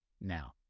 Now